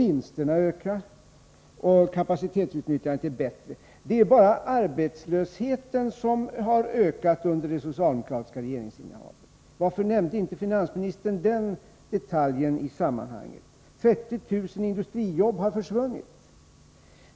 Vinsterna ökar också, och kapacitetsutnyttjandet är bättre. Men även arbetslösheten har ökat under det socialdemokratiska regeringsinnehavet. Varför nämnde inte finansministern den detaljen i sammanhanget? 30 000 industrijobb har försvunnit.